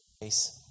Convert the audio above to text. face